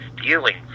stealing